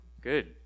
good